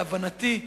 להבנתי,